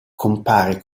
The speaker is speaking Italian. compare